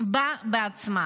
בה בעצמה.